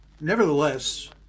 nevertheless